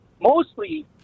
mostly